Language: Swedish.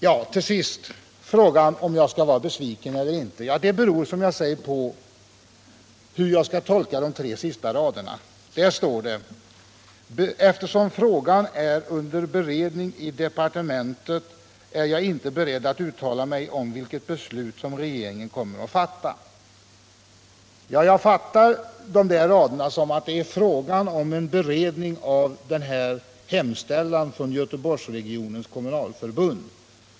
Vad till sist gäller frågan om jag skall vara besviken eller inte beror detta, som jag ser det, på hur man skall tolka de sista orden i statsrådets svar, nämligen följande: ”Eftersom frågan är under beredning i departementet är jag inte beredd att uttala mig om vilket beslut som regeringen kommer att fatta.” Jag tolkar detta uttalande så att det är fråga om en beredning av den — Nr 63 hemställan som gjorts av Göteborgsregionens kommunalförbund.